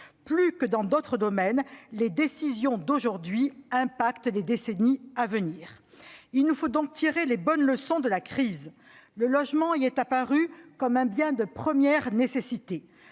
Plus que dans d'autres domaines, les décisions d'aujourd'hui auront un impact sur les décennies à venir. Il nous faut donc tirer les bonnes leçons de la crise. Le logement y est apparu comme un bien de première nécessité.